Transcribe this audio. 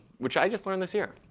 which i just learned this year.